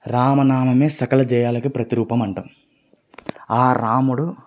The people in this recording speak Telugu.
రామ నామమే సకల జయాలకు ప్రతిరూపం అంటాము ఆ రాముడు